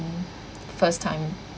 first time